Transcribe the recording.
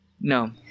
no